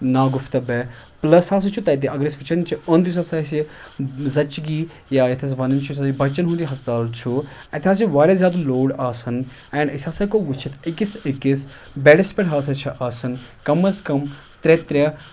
ناگُفتہ بے پٕلَس ہَسا چھُ تَتہِ اگر أسۍ وٕچھان اوٚند یُس ہَسا اَسۍ زَچہِ گی یا یَتھ أسۍ وَنان چھِ یُس یہ بَچَن ہُنٛد یہِ ہسپتال چھُ اَتہِ ہَسا چھِ واریاہ زیادٕ لوڑ آسان اینڈ أسۍ ہَسا ہٮ۪کو وُچھِتھ أکِس أکِس بٮ۪ڈَس پٮ۪ٹھ ہَسا چھِ آسان کم اَز کم ترےٚ ترےٚ